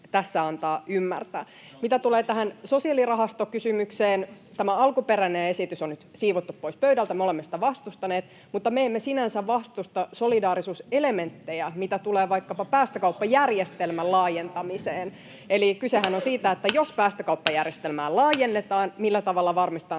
tulonsiirtoja!] Mitä tulee tähän sosiaalirahastokysymykseen: Tämä alkuperäinen esitys on nyt siivottu pois pöydältä. Me olemme sitä vastustaneet, mutta me emme sinänsä vastusta solidaari-suuselementtejä, mitä tulee vaikkapa päästökauppajärjestelmän laajentamiseen. [Perussuomalaisten ryhmästä: No niin! — Oho! — Tulihan